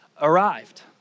arrived